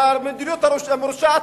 שהמדיניות המרושעת,